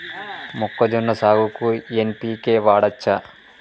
మొక్కజొన్న సాగుకు ఎన్.పి.కే వాడచ్చా?